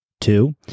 two